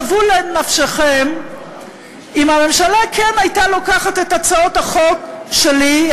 שוו בנפשכם שהממשלה כן הייתה לוקחת את הצעת החוק שלי,